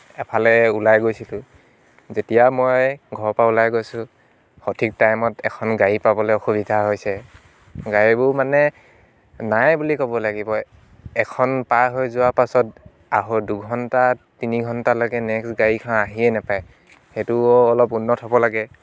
এফালে ওলাই গৈছিলোঁ যেতিয়া মই ঘৰৰ পৰা ওলাই গৈছোঁ সঠিক টাইমত এখন গাড়ী পাবলৈ অসুবিধা হৈছে গাড়ীবোৰ মানে নাই বুলি ক'ব লাগিব এখন পা হৈ যোৱাৰ পাছত দুঘণ্টা তিনি ঘণ্টা লাগে নেক্স গাড়ীখন আহিয়েই নাপায় সেইটো অলপ উন্নত হ'ব লাগে